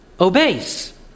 obeys